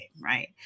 right